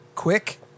quick